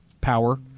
power